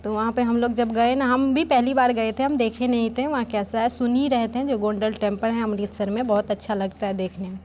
तो वहाँ पे हम लोग जब गए ना हम भी पहली बार गए थे हम देखें नहीं थे वहाँ कैसा है सुन ही रहे थे जे गोंडेल टेम्पर है अमृतसर में बहुत अच्छा लगता है देखने में